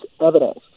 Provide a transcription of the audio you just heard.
evidence